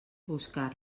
buscar